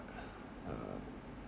uh uh